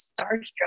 starstruck